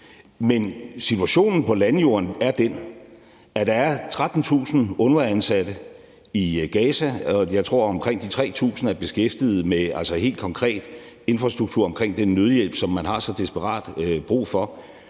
men situationen på landjorden er den, at der er 13.000 UNRWA-ansatte i Gaza, og jeg tror, at omkring de 3.000 helt konkret er beskæftiget med infrastruktur omkring den nødhjælp, som man har så desperat brug for.